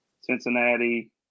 Cincinnati